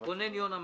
רונן יונה,